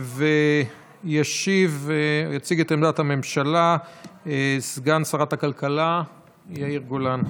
יציג את עמדת הממשלה סגן שרת הכלכלה יאיר גולן.